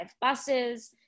buses